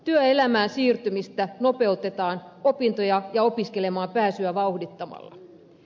työelämään siirtymistä nopeutetaan opintoja ja opiskelemaan pääsyä vauhdittamalla